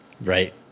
Right